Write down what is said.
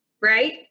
right